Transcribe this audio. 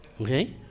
Okay